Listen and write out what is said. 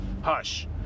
Hush